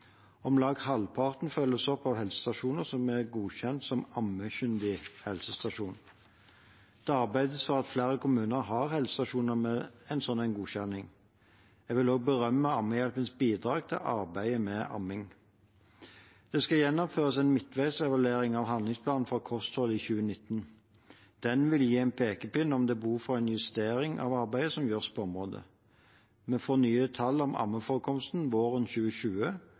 Om lag halvparten følges opp av helsestasjoner som er godkjent som ammekyndig helsestasjon. Det arbeides for at flere kommuner har helsestasjoner med en slik godkjenning. Jeg vil også berømme Ammehjelpens bidrag til arbeidet med amming. Det skal gjennomføres en midtveisevaluering av handlingsplanen for kosthold i 2019. Den vil gi en pekepinn om det er behov for en justering av arbeidet som gjøres på området. Vi får nye tall om ammeforekomsten våren 2020,